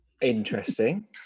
Interesting